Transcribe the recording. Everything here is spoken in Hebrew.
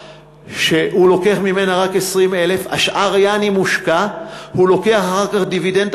שהוא לוקח ממנה רק 20,000 והשאר יעני מושקע והוא לוקח אחר כך דיבידנד.